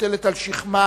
המוטלת על שכמה,